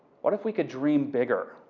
what if we could dream bigger?